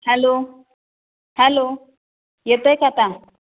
hello hello येतं आहे का आता